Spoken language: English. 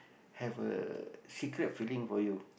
have a secret feeling for you